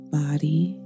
body